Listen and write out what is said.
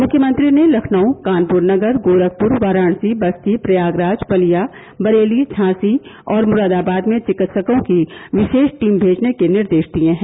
मुख्यमंत्री ने लखनऊ कानपुर नगर गोरखपुर वाराणसी बस्ती प्रयागराज बलिया बरेली झांसी और मुरादाबाद में चिकित्सकों की विशेष टीम भेजने के निर्देश दिए हैं